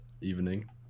evening